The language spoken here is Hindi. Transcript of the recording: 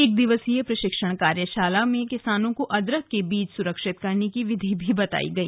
एक दिवसीय प्रशिक्षण कार्यशाला में किसानों को अदरक के बीज सुरक्षित की विधि भी बताई गई